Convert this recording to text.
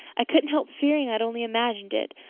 i couldn't help fearing i'd only imagined it.